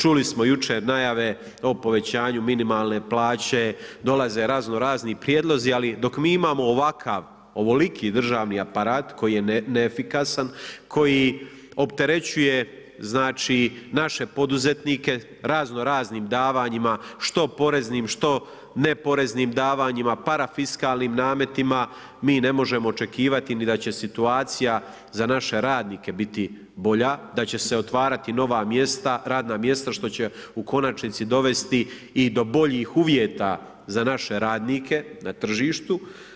Čuli smo jučer najave o povećanju minimalne plaće, dolaze razno-razni prijedlozi, ali dok mi imamo ovakav, ovoliki državni aparat koje je neefikasan, koji opterećuje naše poduzetnike razno-raznim davanjima, što poreznim, što neporeznim davanjima, parafiskalnim nametima, mi ne možemo očekivati ni da će situacija za naše radnike biti bolja, da će se otvarati nova radna mjesta što će u konačnici dovesti i do boljih uvjeta za naše radnike na tržištu.